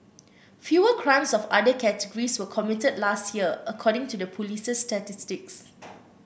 fewer crimes of other categories were committed last year according to the police's statistics